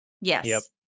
Yes